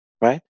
right